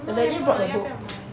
I really brought the book